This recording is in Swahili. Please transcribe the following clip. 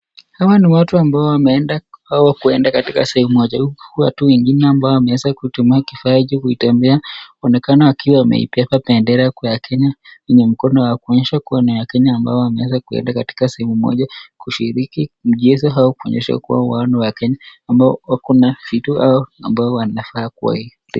Hawa ni watu ambao wameenda kwa au kwenda katika sehemu moja. Huku watu wengine ambao wameweza kutumia kifaa cha kutembea, unaonekana wakiwa wameibeba bendera ya Kenya kwenye mkono wa kuonyesha kuwa ni Wakenya ambao wameweza kwenda katika sehemu moja kushiriki mchezo au kuonyesha kuwa Wakenya ambao wako na vitu ambao wanafaa kuwa hii.